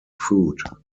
food